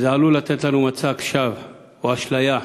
וזה עלול לתת לנו מצג שווא או אשליה.